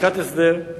לקראת הסדר,